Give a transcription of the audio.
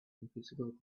invisible